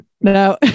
Now